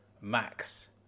max